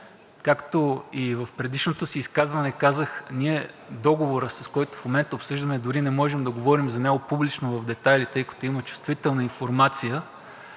Както и в предишното си изказване казах, ние за договора, който в момента обсъждаме, дори не можем да говорим публично в детайли, тъй като има чувствителна информация.